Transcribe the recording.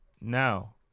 now